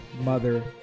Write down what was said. mother